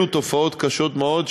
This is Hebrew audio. אלה תופעות קשות מאוד,